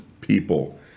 people